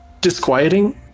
disquieting